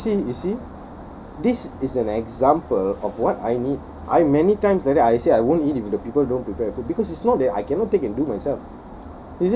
eh you see you see this is an example of what I need I many times like that I say I won't eat if the people don't prepare the food because it's not that I cannot take and do myself